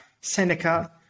Seneca